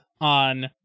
on